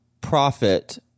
profit